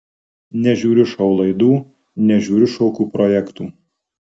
nežiūriu šou laidų nežiūriu šokių projektų